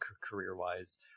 career-wise